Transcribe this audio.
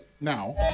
now